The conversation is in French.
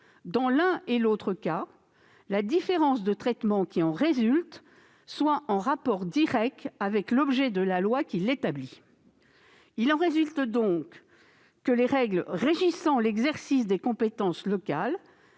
dans l'un et l'autre cas, la différence de traitement qui en résulte soit en rapport direct avec l'objet de la loi qui l'établit ». Il en résulte donc que les règles régissant l'exercice des compétences locales